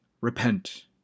repent